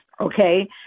okay